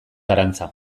arantza